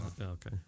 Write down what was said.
okay